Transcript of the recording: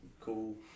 Cool